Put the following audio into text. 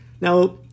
Now